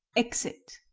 exit